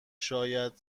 شاید